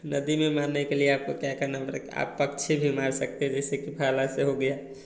नदी में मारने के लिए आपको क्या करना पड़ेगा आप पक्षी भी मार सकते हैं जैसे कि भाला से हो गया